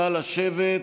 נא לשבת.